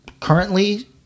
currently